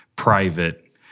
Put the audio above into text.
private